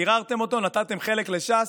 פוררתם אותו: נתתם חלק לש"ס,